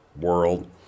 world